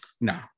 No